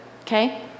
okay